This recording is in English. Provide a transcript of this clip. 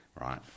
right